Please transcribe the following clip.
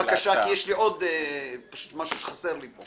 בבקשה, כי יש עוד משהו שחסר לי פה.